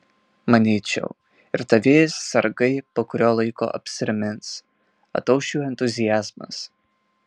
manyčiau ir tavieji sargai po kurio laiko apsiramins atauš jų entuziazmas